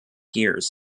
years